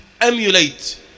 Emulate